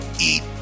eat